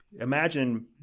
imagine